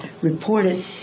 reported